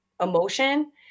emotion